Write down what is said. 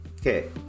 okay